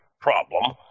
problem